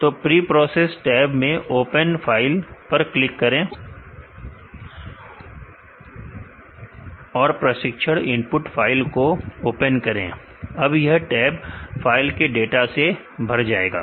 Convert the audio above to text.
तो preprocess tab में open file पर क्लिक करें और प्रशिक्षण इनपुट फाइल को ओपन करें अब यह टैब फाइल के डाटा से भर जाएगा